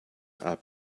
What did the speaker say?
are